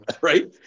right